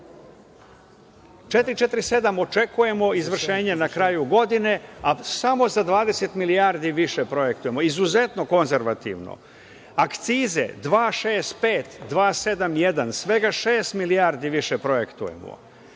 447 očekujemo izvršenje na kraju godine, a samo za 20 milijardi više projektujemo. Izuzetno konzervativno. Akcize – 265 – 271, svega šest milijardi više projektujemo.